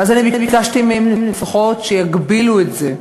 ואז ביקשתי מהם לפחות שיגבילו את זה: